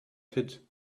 pit